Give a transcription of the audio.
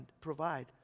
provide